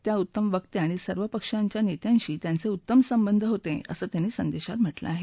त्या उत्तम वक्त्या आणि सर्व पक्षाच्या नेत्यांशी त्यांचे उत्तम संबंध होते असं त्यांनी आपल्या संदेशात म्हटलं आहे